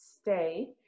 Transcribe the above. stay